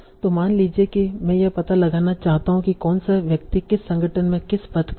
तो मान लीजिए कि मैं यह पता लगाना चाहता हूं कि कौन सा व्यक्ति किस संगठन में किस पद पर है